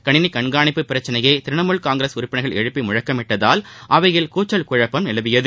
கணினி கண்காணிப்பு பிரச்சினையை திரிணமூல் காங்கிரஸ் உறுப்பினர்கள் எழுப்பி முழக்கமிட்டதால் அவையில் கூச்சல் குழப்பம் நிலவியது